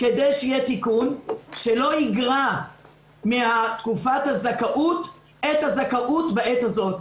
כדי שיהיה תיקון שלא יגרע מתקופת הזכאות את הזכאות בעת הזאת.